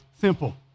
simple